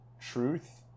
truth